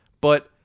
But-